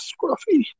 Scruffy